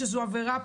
שזו עבירה פלילית,